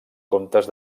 comptes